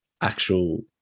actual